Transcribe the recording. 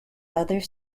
other